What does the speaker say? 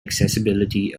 accessibility